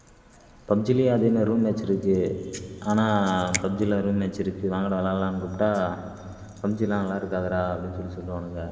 பப்ஜிலயே அதே மாதிரி room match இருக்குது ஆனால் பப்ஜில ரூம் மேட்சிருக்கு வாங்கடா விளாடுலான்னு கூப்டா பப்ஜிலாம் நல்லாருக்காதுடா அப்படின்னு சொல்லி சொல்லுவானுங்க